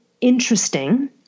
interesting